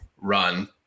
run